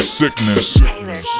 sickness